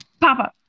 Papa